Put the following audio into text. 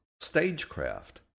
stagecraft